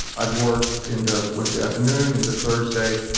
i'd work into wednesday afternoon, into thursday.